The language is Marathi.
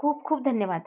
खूप खूप धन्यवाद